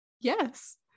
yes